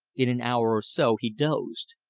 in an hour or so he dozed.